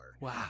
Wow